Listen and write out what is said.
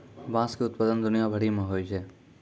बाँस के उत्पादन दुनिया भरि मे होय छै